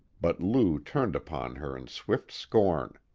but lou turned upon her in swift scorn.